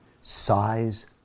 size